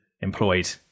employed